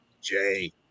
Jay